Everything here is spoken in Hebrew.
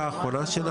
ובאלכוהול.